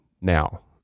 now